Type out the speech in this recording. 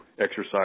exercise